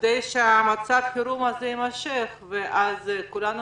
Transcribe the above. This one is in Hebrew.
כדי שמצב החירום הזה יימשך ואז כולנו